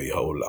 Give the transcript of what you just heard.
ברחבי העולם.